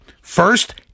First